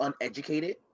uneducated